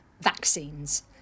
vaccines